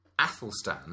Athelstan